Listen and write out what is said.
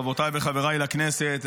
חברותיי וחבריי לכנסת,